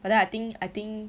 but then I think I think